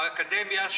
האקדמיה,